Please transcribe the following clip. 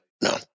no